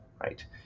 right